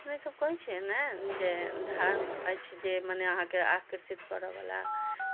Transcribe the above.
अपने सभ कहै छियै ने जे धर्म अछि जे मने अहाँकेॅं आकर्षित करऽ बला